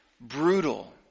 brutal